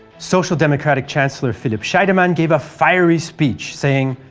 social democratic chancellor philipp scheidemann gave a fiery speech, saying,